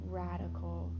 radical